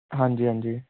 ਹਾਂਜੀ ਹਾਂਜੀ